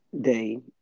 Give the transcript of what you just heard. day